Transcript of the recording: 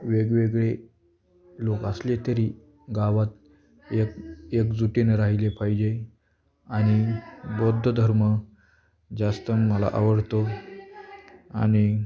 वेगवेगळे लोक असले तरी गावात एक एकजुटीने राहिले पाहिजे आणि बौद्धधर्म जास्त मला आवडतो आणि